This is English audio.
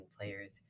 players